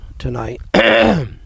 tonight